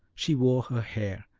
she wore her hair,